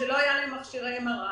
שלא היו להם מכשירי MRI,